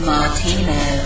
Martino